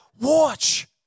Watch